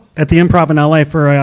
at the improv in ah la for, ah,